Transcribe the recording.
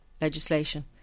legislation